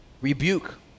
rebuke